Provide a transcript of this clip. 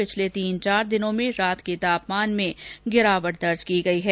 पिछले तीन चार दिनों में रात के तापमान में गिरावट दर्ज की गई है